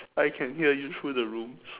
I can hear you through the rooms